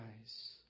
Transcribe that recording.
eyes